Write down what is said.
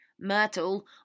Myrtle